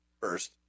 first